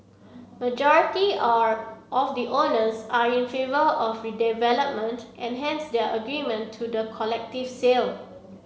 majority are of the owners are in favour of redevelopment and hence their agreement to the collective sale